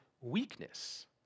weakness